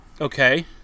Okay